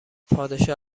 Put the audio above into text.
پادشاه